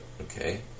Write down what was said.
Okay